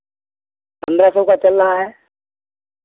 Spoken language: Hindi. पंद्रह सौ का चल रहा है